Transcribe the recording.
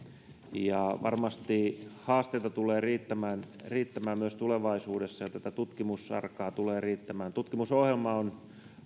varmasti haasteita tulee riittämään riittämään myös tulevaisuudessa ja tutkimussarkaa tulee riittämään tutkimusohjelma on